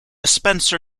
spencer